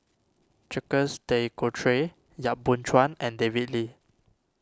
Jacques De Coutre Yap Boon Chuan and David Lee